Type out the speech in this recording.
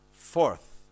Fourth